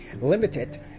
limited